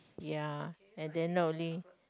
ya like they are not only